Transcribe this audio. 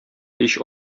һич